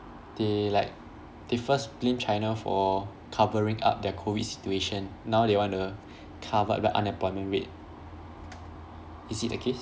they like they first blame china for covering up their COVID situation now they want to cover up the unemployment rate is it the case